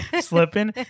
slipping